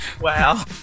Wow